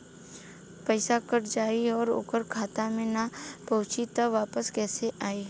पईसा कट जाई और ओकर खाता मे ना पहुंची त वापस कैसे आई?